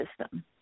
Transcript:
system